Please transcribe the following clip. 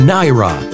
Naira